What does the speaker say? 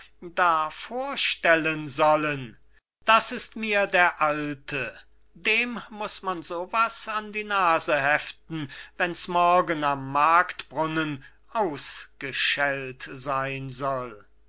da vorstellen sollen das ist mir der alte dem muß man so was an die nase heften wenn's morgen am marktbrunnen ausgeschellt sein soll